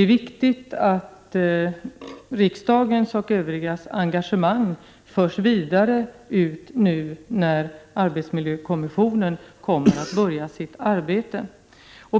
är viktigt att riksdagens och andras engagemang förs vidare, nu när arbetsmiljökommissionen skall börja sitt arbete.